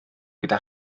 gyda